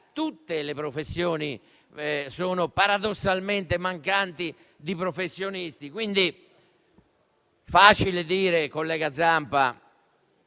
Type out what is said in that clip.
Tutte le professioni sono paradossalmente mancanti di professionisti. È facile dire, collega Zampa,